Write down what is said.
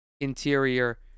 interior